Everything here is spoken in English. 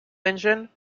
engine